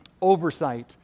Oversight